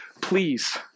Please